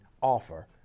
offer